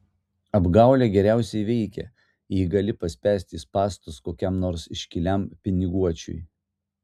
apgaulė geriausiai veikia jei gali paspęsti spąstus kokiam nors iškiliam piniguočiui